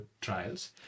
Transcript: trials